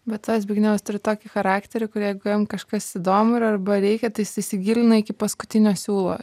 bet to zbignevas turi tokį charakterį kur jeigu jam kažkas įdomu ir arba reikia tai jis įsigilina iki paskutinio siūlo